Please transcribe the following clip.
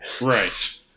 Right